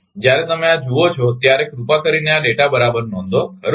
જ્યારે તમે આ જુઓ છો ત્યારે કૃપા કરીને આ ડેટા બરાબર નોંધો ખરુ ને